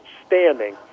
outstanding